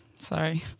Sorry